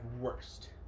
worst